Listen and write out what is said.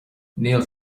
níl